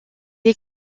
est